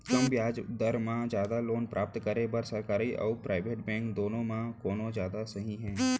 कम ब्याज दर मा जादा लोन प्राप्त करे बर, सरकारी अऊ प्राइवेट बैंक दुनो मा कोन जादा सही हे?